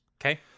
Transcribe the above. Okay